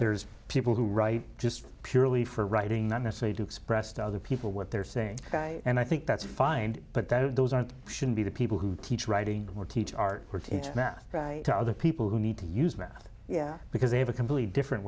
there's people who write just purely for writing not necessary to express to other people what they're saying ok and i think that's find but that of those aren't shouldn't be the people who teach writing or teach art or teach math to other people who need to use math yeah because they have a completely different